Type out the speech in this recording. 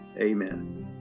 amen